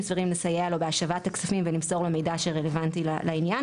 סבירים לסייע לו בהשבת הכספים ולמסור לו מידע שרלוונטי לעניין,